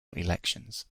elections